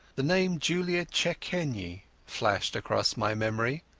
the name julia czechenyi flashed across my memory.